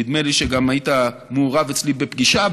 נדמה לי שגם היית מעורב אצלי בפגישה,